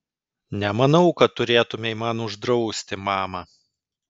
nemanau kad turėtumei man uždrausti mama